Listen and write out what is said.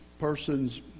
person's